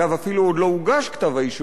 אפילו עוד לא הוגש כתב אישום,